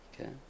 okay